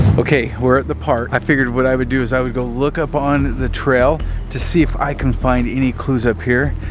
okay, we're at the park. i figured what i would do is i would go look up on the trail to see if i can find any clues up here.